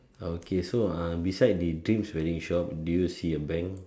okay so ah beside the twins very shop do you see a bank